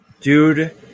Dude